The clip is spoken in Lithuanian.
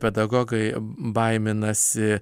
pedagogai baiminasi